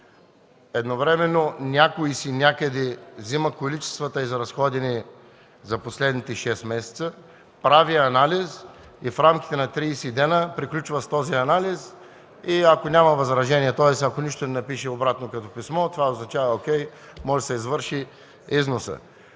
Едновременно някой си, някъде взема количествата, изразходени за последните шест месеца, прави анализ и в рамките на 30 дни приключва с този анализ и ако няма възражения, тоест, ако нищо не напише обратно като писмо, това означава – окей, може да се извърши износът.